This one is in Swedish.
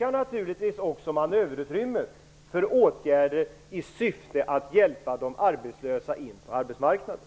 hade naturligtvis också manöverutrymmet ökat för åtgärder i syfte att hjälpa de arbetslösa in på arbetsmarknaden.